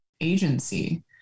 agency